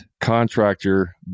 contractor